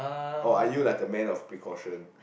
or are you like a man of precaution